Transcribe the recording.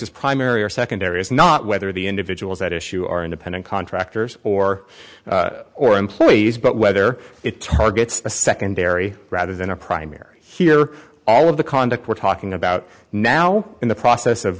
is primary or secondary is not whether the individuals that issue are independent contractors or or employees but whether it targets the secondary rather than a primary here all of the conduct we're talking about now in the process of